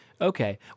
okay